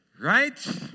Right